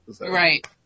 Right